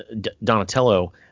Donatello